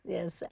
Yes